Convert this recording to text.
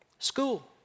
School